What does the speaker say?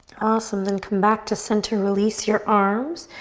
awesome, then come back to center, release your arms.